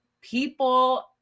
people